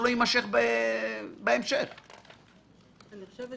אני חושבת